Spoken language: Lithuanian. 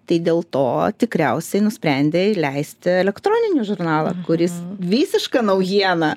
tai dėl to tikriausiai nusprendei leisti elektroninį žurnalą kuris visiška naujiena